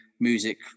music